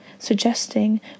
suggesting